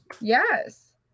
Yes